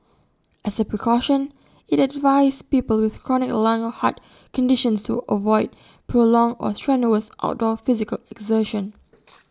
as A precaution IT advised people with chronic lung or heart conditions to avoid prolonged or strenuous outdoor physical exertion